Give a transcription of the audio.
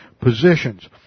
positions